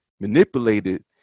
manipulated